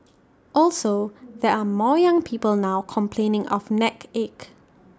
also there are more young people now complaining of neck ache